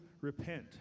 repent